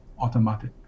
automatic